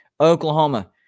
Oklahoma